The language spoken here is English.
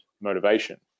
motivation